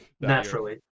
Naturally